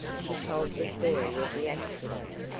she told the story of the accident.